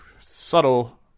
Subtle